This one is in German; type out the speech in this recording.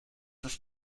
ist